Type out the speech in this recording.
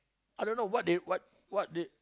I don't know what they what what they